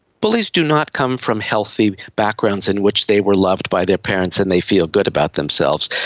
bullies do not come from healthy backgrounds in which they were loved by their parents and they feel good about themselves.